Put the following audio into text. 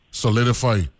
solidify